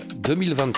2023